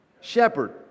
Shepherd